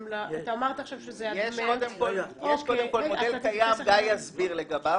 יש קודם כל מודל קיים, גיא יסביר לגביו.